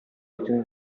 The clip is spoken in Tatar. итенә